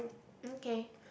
okay